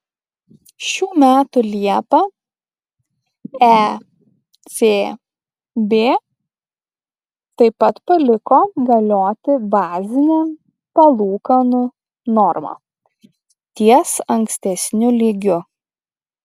šių metų liepą ecb taip pat paliko galioti bazinę palūkanų normą ties ankstesniu lygiu